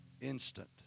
instant